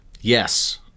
Yes